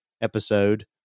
episode